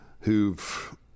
who've